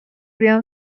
بیام